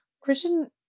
Christian